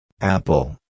apple